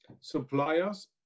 suppliers